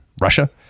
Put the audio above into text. Russia